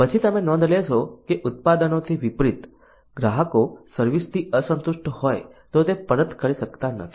પછી તમે નોંધ લેશો કે ઉત્પાદનોથી વિપરીત ગ્રાહકો સર્વિસ થી અસંતુષ્ટ હોય તો તે પરત કરી શકતા નથી